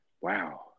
wow